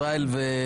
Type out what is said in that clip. אני, ישראל.